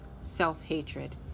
self-hatred